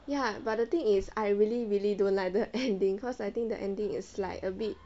ya but the thing is I really really don't like the ending cause I think the ending is like a bit